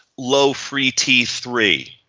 low three t three,